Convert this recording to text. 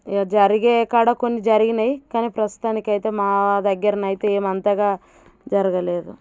ఇంకా జరిగే కాడ కొన్ని జరిగాయి కానీ ప్రస్తుతానికైతే మా దగ్గర అయితే ఏమీ అంతగా జరగలేదు